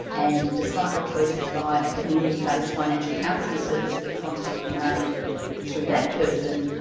and despite requests by a community-based financial counseling service that contact be made through that person,